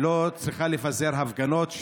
לא צריך לפזר הפגנות.